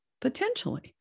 Potentially